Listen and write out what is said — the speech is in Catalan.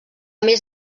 més